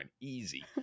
Easy